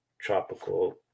tropical